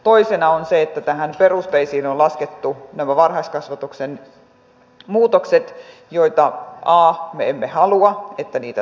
toisena on se että näihin perusteisiin on laskettu nämä varhaiskasvatuksen muutokset ja me emme halua että niitä toteutettaisiin